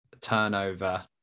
turnover